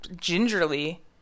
gingerly